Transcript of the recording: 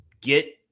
get